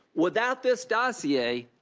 without this dossier,